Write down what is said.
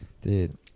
Dude